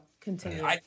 continue